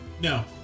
no